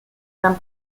gran